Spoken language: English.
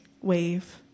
wave